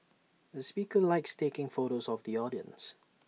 the speaker likes taking photos of the audience